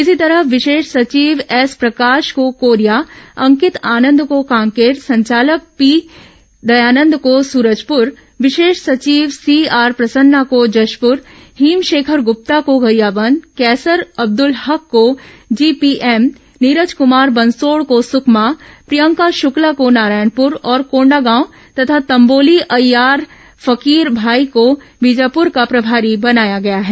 इसी तरह विशेष सचिव एस प्रकाश को कोरिया अंकित आनंद को कांकेर संचालक पी दयानंद को स्रजप्र विशेष सचिव सीआर प्रसन्ना को जशप्र हिमशेखर ग्रप्ता को गरियाबंद कैसर अब्दुल हक को जीपीएम नीरज कुमार बंसोड को सुकमा प्रियंका शुक्ला को नारायणपुर और कोंडागांव तथा तंबोली अय्याज फकीर भाई को बीजापुर का प्रभारी बनाया गया है